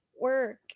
work